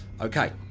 Okay